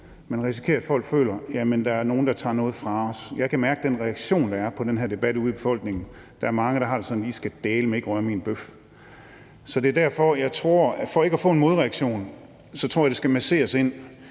Man risikerer, at folk føler, at der er nogen, der tager noget fra dem. Jeg kan mærke den reaktion, der er på den her debat ude i befolkningen. Der er mange, der har det sådan: I skal dæleme ikke røre min bøf. Så for ikke at få en modreaktion tror jeg, det skal masseres ind